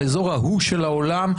האזור ההוא של העולם,